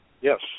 Yes